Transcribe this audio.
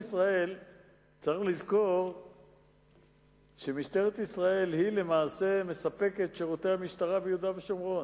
צריך לזכור שמשטרת ישראל מספקת את שירותי המשטרה ביהודה ושומרון,